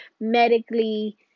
medically